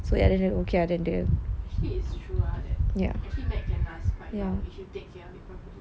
actually it's true lah actually mac can last quite long if you take care of it properly